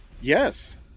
Yes